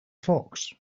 fox